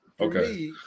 okay